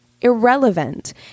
irrelevant